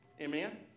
Amen